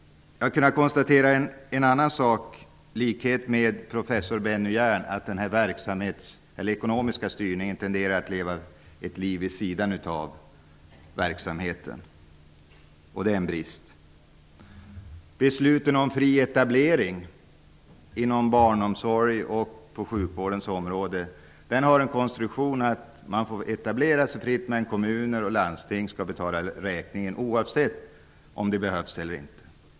Jag har kunnat konstatera, i likhet med professor Benny Hjern, att den ekonomiska styrningen tenderar att leva ett liv vid sidan av verksamheten, och det är en brist. Besluten om fri etablering inom barnomsorgen och på sjukvårdens område har en sådan konstruktion att man får etablera sig fritt, men kommuner och landsting skall betala räkningen, oavsett om det behövs eller inte.